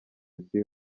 isi